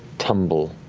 tumble